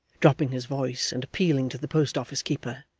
dropping his voice and appealing to the post-office keeper